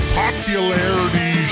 popularity